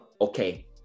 okay